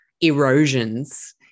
erosions